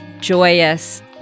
joyous